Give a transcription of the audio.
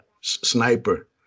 sniper